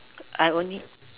I only